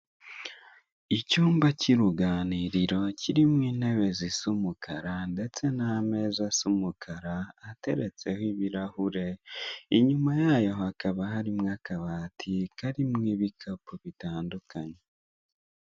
Icyumba cy'uruganirimo kirimo intebe zisa umukara ndetse n'ameza asa umukara ateretseho ibirahure, inyuma yayo hakaba harimo akabati karimo ibikapu bitandukanye.